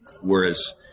whereas